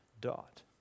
dot